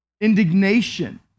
Indignation